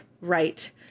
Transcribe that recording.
right